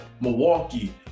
Milwaukee